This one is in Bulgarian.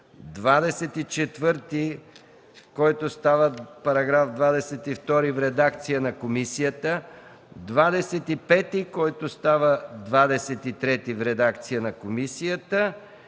24, който става § 22 в редакция на комисията; § 25, който става § 23 в редакция на комисията;